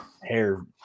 hair